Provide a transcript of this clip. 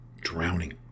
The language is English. drowning